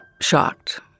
shocked